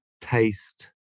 taste